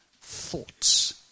thoughts